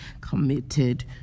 committed